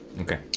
Okay